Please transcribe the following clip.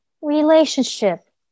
relationship